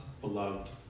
Beloved